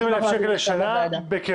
זה 120,000 שקל בשנה בקירוב,